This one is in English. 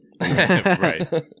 right